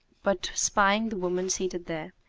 but spying the woman seated there,